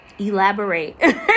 Elaborate